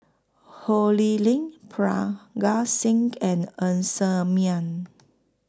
Ho Lee Ling Parga Singh and Ng Ser Miang